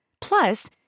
Plus